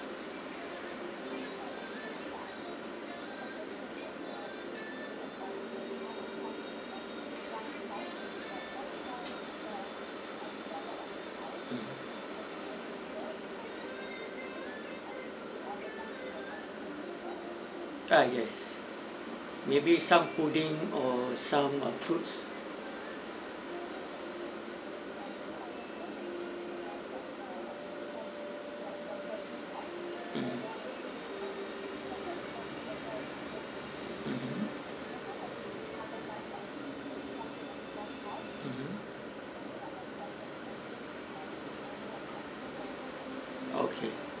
ah yes maybe some pudding or some fruits mm mmhmm mmhmm okay